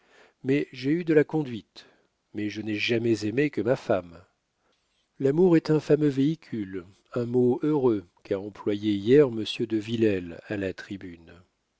mais j'ai eu de la conduite mais je n'ai jamais aimé que ma femme l'amour est un fameux véhicule un mot heureux qu'a employé hier monsieur de villèle à la tribune